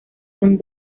son